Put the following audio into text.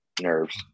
nerves